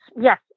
yes